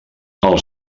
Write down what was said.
els